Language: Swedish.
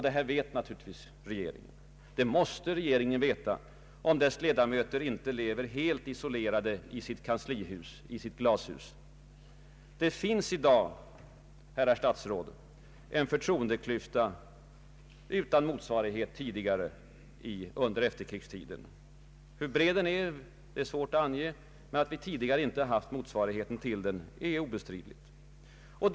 Detta vet naturligtvis regeringen, det måste regeringen veta, om dess ledamöter inte lever helt isolerade i sitt kanslihus, i sitt glashus. Det finns i dag, herrar statsråd, en förtroendeklyfta utan motsvarighet tidigare under efterkrigstiden. Hur bred den är är svårt att ange, men att vi tidigare inte haft motsvarighet till den är obestridligt.